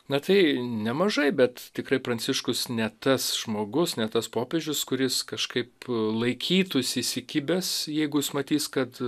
na tai nemažai bet tikrai pranciškus ne tas žmogus ne tas popiežius kuris kažkaip laikytųsi įsikibęs jeigu jis matys kad